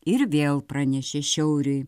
ir vėl pranešė šiauriui